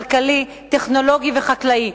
כלכלי, טכנולוגי וחקלאי.